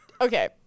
okay